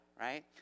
right